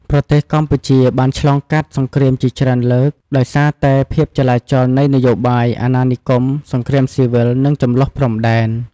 ប្រទេសកម្ពុជា បានឆ្លងកាត់សង្រ្គាមជាច្រើនលើក ដោយសារតែភាពចលាចលនៃនយោបាយ អាណានិគម សង្រ្គាមស៊ីវិល និងជម្លោះព្រំដែន។